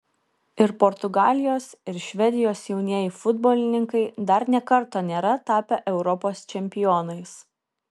ir portugalijos ir švedijos jaunieji futbolininkai dar nė karto nėra tapę europos čempionais